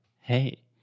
hey